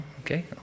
Okay